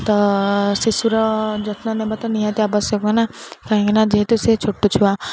ତ ଶିଶୁର ଯତ୍ନ ନେବା ତ ନିହାତି ଆବଶ୍ୟକ ନା କାହିଁକି ନା ଯେହେତୁ ସେ ଛୋଟ ଛୁଆ